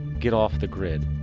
get off the grid.